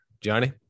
johnny